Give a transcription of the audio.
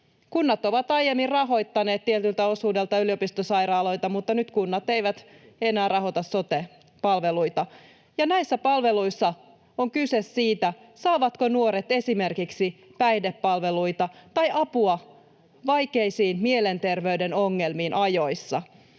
Kunnat ovat aiemmin rahoittaneet tietyltä osuudelta yliopistosairaaloita, mutta nyt kunnat eivät enää rahoita sote-palveluita, ja näissä palveluissa on kyse siitä, saavatko nuoret esimerkiksi päihdepalveluita tai apua vaikeisiin mielenterveyden ongelmiin ajoissa.